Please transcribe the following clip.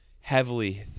heavily